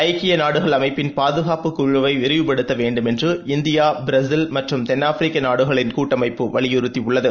ஐக்கிய நாடுகள் அமைப்பின் பாதுகாப்பு குழுவை விரிவுப்படுத்த வேண்டும் என்று இந்தியா பிரேசில் மற்றும் தென்னாப்பிரிக்கா நாடுகளின் கூட்டமைப்பு வலியுறுத்தியுள்ளது